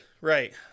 Right